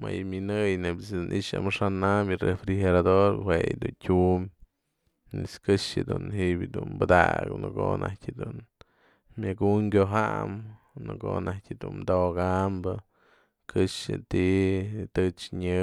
Më yë minëyen nebya ëjt's yë nixan amaxa'an am yë refrigerador jue yë dun tyumpë pues këxë dun ji'ibë padaga'ab në ko'o atyë dun myak ju'unkojanyë, në ko'o naj dun toka'ampë këxë ti, tëchñë,